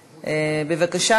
בבקשה,